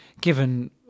given